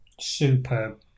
Superb